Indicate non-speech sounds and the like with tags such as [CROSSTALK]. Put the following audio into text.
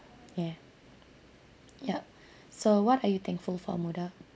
ya ya [BREATH] so what are you thankful for moda